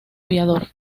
aviador